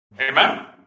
Amen